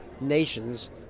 nations